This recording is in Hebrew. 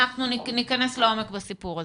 וניכנס לעומק בסיפור הזה.